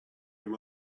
him